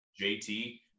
JT